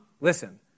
listen